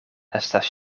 estas